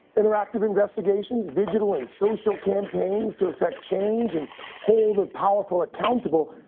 interactive investigations, digital and social campaigns to affect change and hold the powerful accountable,